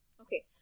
Okay